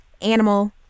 animal